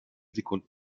sekunden